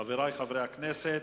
חברי הכנסת,